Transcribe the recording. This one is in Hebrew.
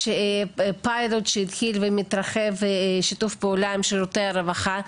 יש פיילוט שהתחיל ומתרחב שיתוף פעולה עם שירותי הרווחה,